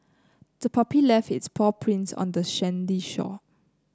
the puppy left its paw prints on the sandy shore